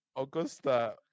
Augusta